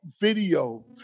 video